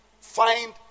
find